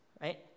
right